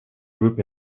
group